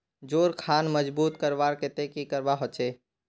जोड़ खान मजबूत करवार केते की करवा होचए?